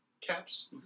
caps